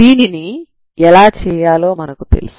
దీనిని ఎలా చేయాలో మనకు తెలుసు